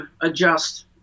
adjust